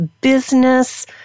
business